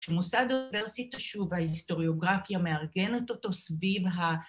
‫שמוסד אוניברסיטה, שוב, ‫ההיסטוריוגרפיה מארגנת אותו סביב ה...